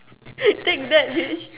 take that bitch